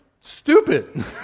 stupid